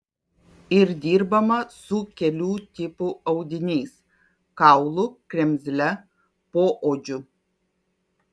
ir dirbama su kelių tipų audiniais kaulu kremzle poodžiu